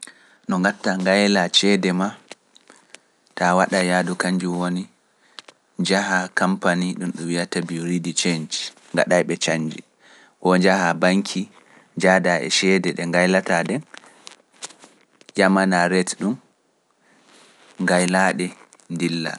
No ngatta ngayla ceede maa, taa waɗai yaadu kanjum woni, njaha kampani ɗum wiyata bureu de change, ngaɗay ɓe chanji, ko njaha baŋki, njahdaa e ceede ɗe ngaylataa ɗen, ƴamanaa rete ɗum, ngaylaa ɗe, ndilla.